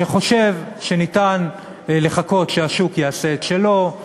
שחושב שניתן לחכות שהשוק יעשה את שלו,